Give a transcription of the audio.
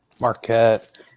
Marquette